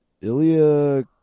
Ilya